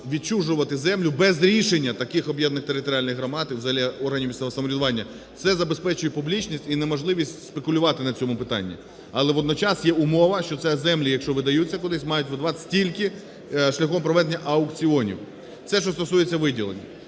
відчужувати землі без рішення таких об'єднаних територіальних громад і взагалі органів місцевого самоврядування. Це забезпечує публічність і неможливість спекулювати на цьому питанні. Але водночас є умова, що це землі, якщо видаються кудись, мають видаватись тільки шляхом проведення аукціонів. Це, що стосується виділень.